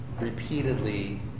repeatedly